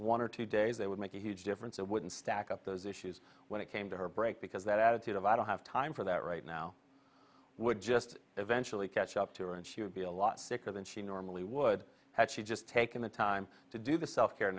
one or two days they would make a huge difference they wouldn't stack up those issues when it came to her break because that attitude of i don't have time for that right now would just eventually catch up to her and she would be a lot sicker than she normally would have she just taken the time to do the self care